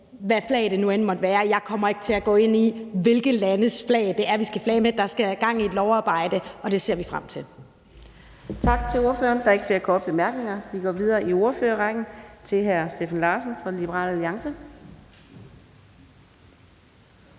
hvad flag det nu end måtte være. Jeg kommer ikke til at gå ind i, hvilke landes flag det er, vi skal flage med. Der skal gang i et lovarbejde, og det ser vi frem til.